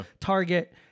target